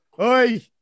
Oi